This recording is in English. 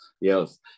Yes